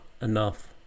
enough